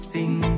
Sing